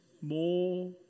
more